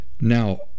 now